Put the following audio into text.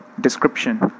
description